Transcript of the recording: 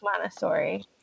Montessori